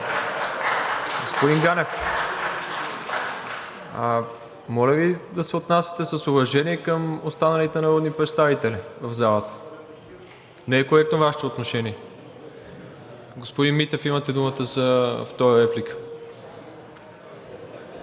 Господин Ганев, моля Ви да се отнасяте с уважение към останалите народни представители в залата. Не е коректно Вашето отношение. Господин Митев, имате думата за втора реплика.